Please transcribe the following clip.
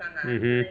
mmhmm